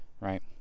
right